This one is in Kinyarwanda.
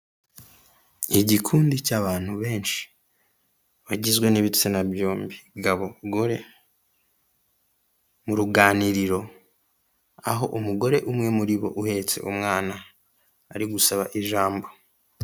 Ubu ni uburyo bwiza buri mu Rwanda kandi bumazemo igihe, buzwi nka manigaramu cyangwa wesiterini yuniyoni ubu buryo rero bumaze igihe bufasha abantu kohereza amafaranga mu mahanga cyangwa kubikuza amafaranga bohererejwe n'umuntu uri mu mahanga mu buryo bwiza kandi bwihuse, kandi bufite umutekano k'uko bimenyerewe hano mu Rwanda.